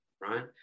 right